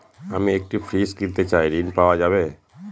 আমি একটি ফ্রিজ কিনতে চাই ঝণ পাওয়া যাবে?